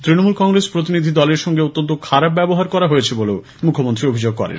তৃণমূল কংগ্রেসের প্রতিনিধি দলের সঙ্গে অত্যন্ত খারাপ ব্যবহার করা হয়েছে বলে মুখ্যমন্ত্রী অভিযোগ করেন